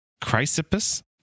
Chrysippus